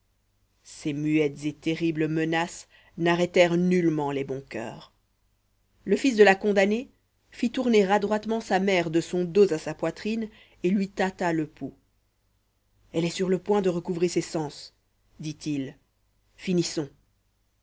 ces muettes et terribles menaces n'arrêtèrent nullement les bons coeurs le fils de la condamnée fit tourner adroitement sa mère de son dos à sa poitrine et lui tâta le pouls elle est sur le point de recouvrer ses sens dit-il finissons